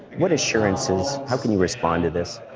what assurances, how can you respond to this?